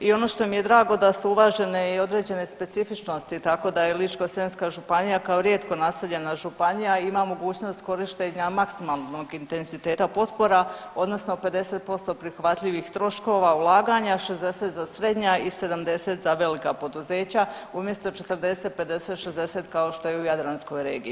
I ono što mi je drago da su uvažene i određene specifičnosti tako da je Ličko-senjska županija kao rijetko naseljena županija ima mogućnost korištenja maksimalnog intenziteta potpora odnosno 50% prihvatljivih troškova ulaganja, 60 za srednja i 70 za velika poduzeća umjesto 40, 50, 60 kao što je u Jadranskoj regiji.